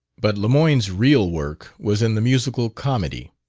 but lemoyne's real work was in the musical comedy.